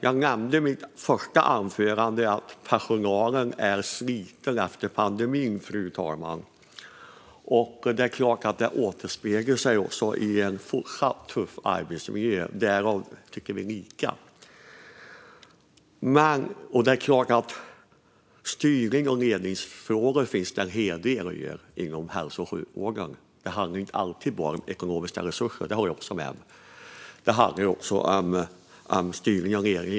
Jag nämnde i mitt första anförande att personalen är sliten efter pandemin, fru talman. Det är klart att det återspeglar sig i en fortsatt tuff arbetsmiljö. Där tycker vi lika. Och det är klart att det finns en hel del att göra inom hälso och sjukvården när det gäller styrning och ledningsfrågor. Det handlar inte alltid bara om ekonomiska resurser. Det håller jag med om. Det handlar också om styrning och ledning.